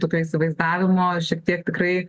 tokio įsivaizdavimo šiek tiek tikrai